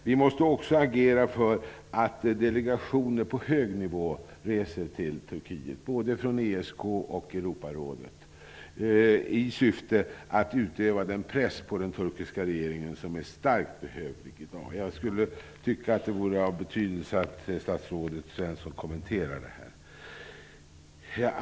Vi måste också agera för att delegationer på hög nivå -- både från ESK och Europarådet -- reser till Turkiet i syfte att utöva den press på den turkiska regeringen som är mycket behövlig i dag. Det vore av betydelse om statsrådet Svensson kommenterade detta.